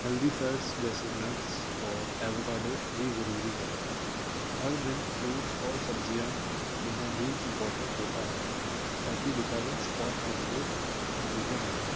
healthy fats جیسے nuts اور avocado بھی ضروری ہے ہر دن فروٹس اور سبزیاں لینا بھی امپورٹنٹ ہوتا ہے تاکہ وٹامنس اور منرلس ملتے رہیں